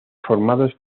formados